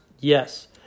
Yes